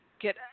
get